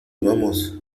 vamos